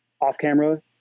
off-camera